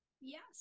Yes